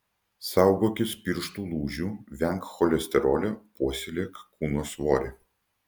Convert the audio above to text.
saugokis pirštų lūžių venk cholesterolio puoselėk kūno svorį